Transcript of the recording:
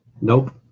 Nope